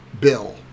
bill